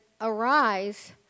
arise